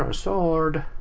um sword,